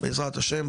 בעזרת השם,